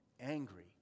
angry